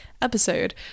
episode